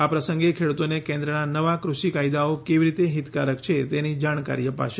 આ પ્રસંગે ખેડૂતોને કેન્દ્રના નવા ફષિ કાયદાઓ કેવી રીતે હિતકારક છે તેની જાણકારી અપાશે